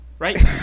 Right